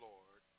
Lord